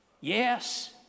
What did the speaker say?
Yes